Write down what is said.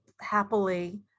happily